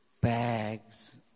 Bags